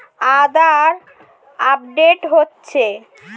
আধার update হচ্ছে?